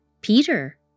Peter